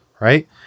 Right